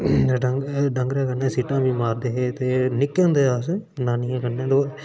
ड़ंगरें कन्नै सीटां बी मारदे हे ते निक्के होंदे अस नानीयै कन्नै दूआरियै जंदे हे